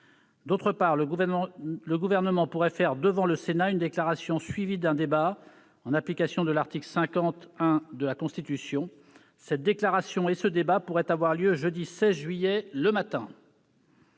outre, le Gouvernement pourrait faire devant le Sénat une déclaration suivie d'un débat, en application de l'article 50-1 de la Constitution. Cette déclaration et ce débat pourraient avoir lieu jeudi 16 juillet matin.